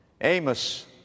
Amos